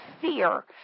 fear